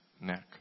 neck